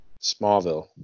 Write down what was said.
Smallville